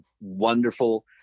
wonderful